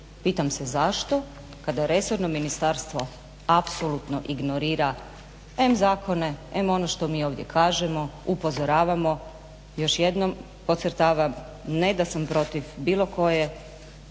Pitam se zašto, kada je resorno ministarstvo apsolutno ignorira em zakone em ono što mi ovdje kažemo, upozoravamo još jednom podcrtavam ne da sam protiv bilo koje